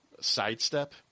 sidestep